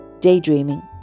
daydreaming